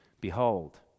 behold